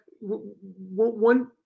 one